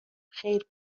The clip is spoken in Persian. خیر